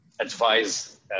advise